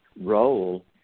role